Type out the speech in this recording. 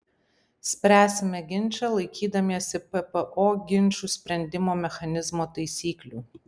spręsime ginčą laikydamiesi ppo ginčų sprendimo mechanizmo taisyklių